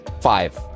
five